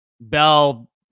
Bell